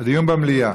הדיון הוא במליאה.